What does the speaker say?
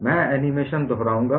मैं एनीमेशन दोहराऊंगा